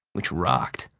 which rocked.